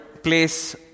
Place